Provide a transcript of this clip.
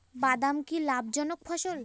বাদাম কি লাভ জনক ফসল?